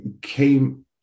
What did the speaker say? came